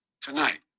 Tonight